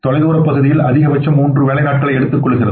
தொலைதூர பகுதியில் அதிகபட்சம் மூன்று வேலை நாட்கள் எடுத்துக் கொள்கிறது